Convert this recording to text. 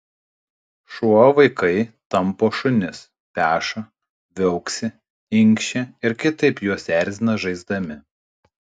šuo vaikai tampo šunis peša viauksi inkščia ir kitaip juos erzina žaisdami